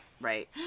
right